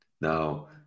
Now